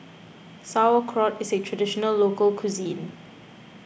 Sauerkraut is a Traditional Local Cuisine